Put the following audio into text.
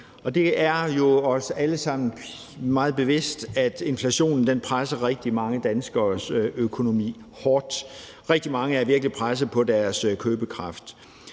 Vi er jo alle sammen meget bevidste om, at inflationen presser rigtig mange danskeres økonomi hårdt. Rigtig mange er virkelig pressede på deres købekraft.